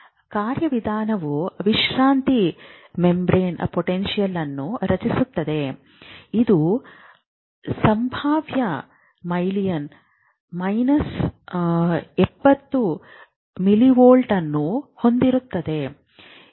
ಕಾರ್ಯವಿಧಾನವು ವಿಶ್ರಾಂತಿ ಮೆಂಬರೇನ್ ಅನ್ನು ರಚಿಸುತ್ತದೆ ಇದು ಸಂಭಾವ್ಯ ಮೈನಸ್ 70 ಮಿಲಿವೋಲ್ಟ್ಗಳನ್ನು ಹೊಂದಿರುತ್ತದೆ